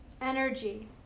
energy